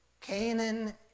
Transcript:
Canaan